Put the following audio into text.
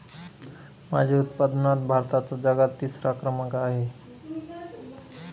मासे उत्पादनात भारताचा जगात तिसरा क्रमांक आहे